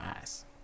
eyes